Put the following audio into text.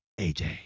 AJ